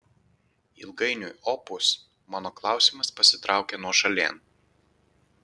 ilgainiui opus mano klausimas pasitraukė nuošalėn